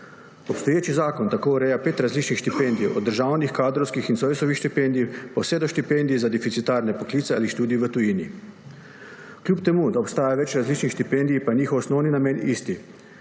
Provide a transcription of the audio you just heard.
Obstoječi zakon tako ureja pet različnih štipendij, od državnih, kadrovskih in Zoisovih štipendij vse do štipendij za deficitarne poklice ali študij v tujini. Kljub temu da obstaja več različnih štipendij, pa je njihov osnovni namen isti